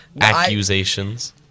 Accusations